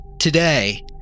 today